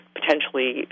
potentially